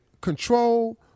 control